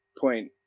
point